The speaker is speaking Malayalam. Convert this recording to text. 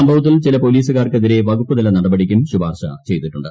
സംഭവത്തിൽ ചില പൊലീസുകാർക്കെതിരെ വകുപ്പുതല നടപടിക്കും ശുപാർശ ചെയ്തിട്ടുണ്ട്